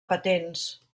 patents